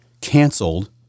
canceled